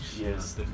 yes